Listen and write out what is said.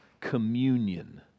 communion